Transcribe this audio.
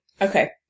Okay